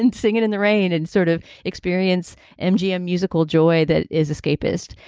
and singin in the rain and sort of experience mgm musical joy that is escapist.